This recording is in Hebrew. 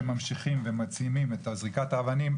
עובדה שהם ממשיכים ומעצימים את זריקת האבנים,